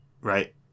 Right